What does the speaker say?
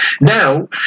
Now